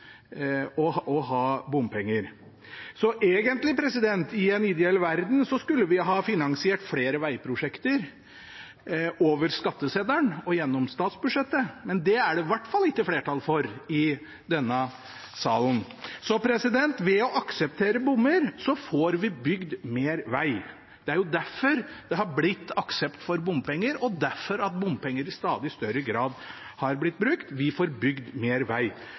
innkrevingskostnader å ha bompenger. Egentlig – i en ideell verden – skulle vi ha finansiert flere vegprosjekter over skatteseddelen og gjennom statsbudsjettet, men det er det i hvert fall ikke flertall for i denne salen. Så ved å akseptere bommer får vi bygd mer veg. Det er jo derfor det har blitt aksept for bompenger og derfor bompenger i stadig større grad har blitt brukt: Vi får bygd mer